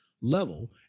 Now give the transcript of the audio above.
level